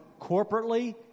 corporately